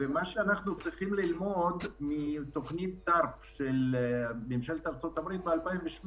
יש משהו שאנחנו צריכים ללמוד מתוכנית TARP של ממשלת ארצות הברית ב-2008.